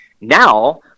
now